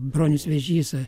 bronius vėžys